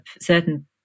certain